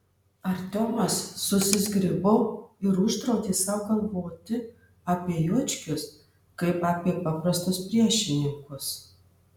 artiomas susizgribo ir uždraudė sau galvoti apie juočkius kaip apie paprastus priešininkus